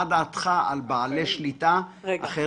מה דעתך על בעלי שליטה אחרים?